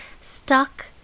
stuck